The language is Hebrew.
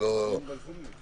גם בזום יש.